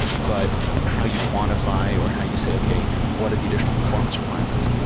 but how you quantify or how you say, okay, what are the additional performance requirements?